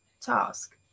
task